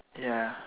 ya